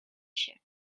się